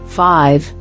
five